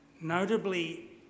Notably